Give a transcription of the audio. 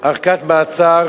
במסגרת ביטוח